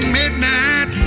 midnight